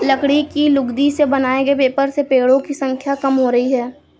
लकड़ी की लुगदी से बनाए गए पेपर से पेङो की संख्या कम हो रही है